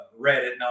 Reddit